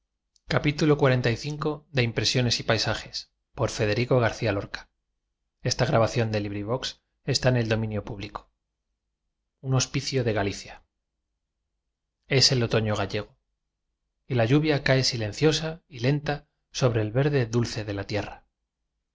hospicio de galicia e s el otoño gallego y la lluvia cae silen ciosa y lenta sobre el verde dulce de la tierra